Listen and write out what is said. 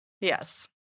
Yes